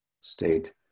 state